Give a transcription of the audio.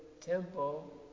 temple